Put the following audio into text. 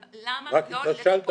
אבל למה לא --- מחברה